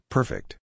Perfect